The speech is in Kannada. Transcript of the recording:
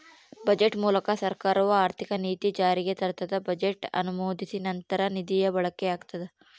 ಬಜೆಟ್ ಮೂಲಕ ಸರ್ಕಾರವು ಆರ್ಥಿಕ ನೀತಿಯನ್ನು ಜಾರಿಗೆ ತರ್ತದ ಬಜೆಟ್ ಅನುಮೋದಿಸಿದ ನಂತರ ನಿಧಿಯ ಬಳಕೆಯಾಗ್ತದ